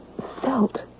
felt